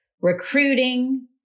recruiting